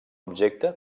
objecte